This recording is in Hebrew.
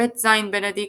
ב.ז בנדיקט,